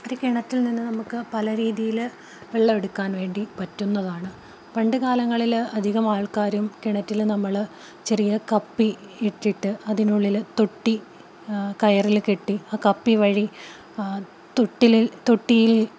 കിണറ്റിൽ നിന്ന് നമുക്ക് പല രീതിയില് വെള്ളമെടുക്കാൻ വേണ്ടി പറ്റുന്നതാണ് പണ്ടുകാലങ്ങളില് അധികം ആൾക്കാരും കിണറ്റില് നമ്മള് ചെറിയ കപ്പിയിട്ടിട്ട് അതിനുള്ളില് തൊട്ടി കയറില് കെട്ടി ആ കപ്പി വഴി തൊട്ടിയിൽ